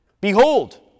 behold